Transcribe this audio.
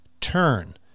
turn